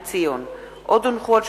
כי הונחו היום על